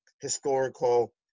historical